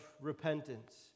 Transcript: repentance